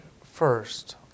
first